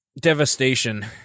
Devastation